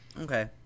Okay